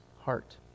heart